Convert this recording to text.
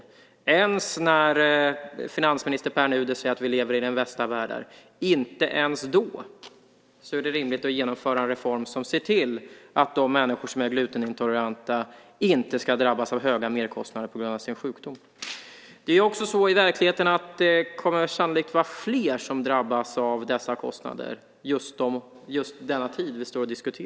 Inte ens när finansminister Pär Nuder säger att vi lever i den bästa av världar finner regeringen det rimligt att genomföra en reform som ser till att de människor som är glutenintoleranta inte ska drabbas av höga merkostnader på grund av sin sjukdom. I verkligheten kommer det sannolikt att vara fler som drabbas av dessa kostnader just nu.